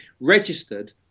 registered